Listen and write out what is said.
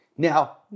Now